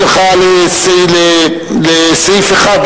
יש לך לסעיף 1,